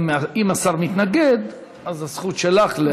אם השר מתנגד, הזכות שלך.